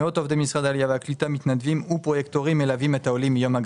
מי בעד?